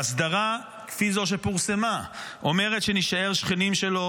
והסדרה כפי זו שפורסמה אומרת שנישאר שכנים שלו.